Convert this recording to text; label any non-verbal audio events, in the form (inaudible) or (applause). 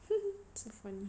(laughs)